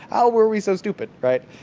how were we so stupid? right?